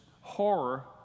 horror